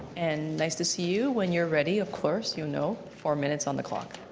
and nice to see you when you're ready, of course you know, four minutes on the clock.